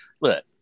look